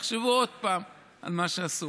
יחשבו עוד פעם על מה שעשו.